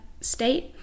state